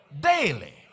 daily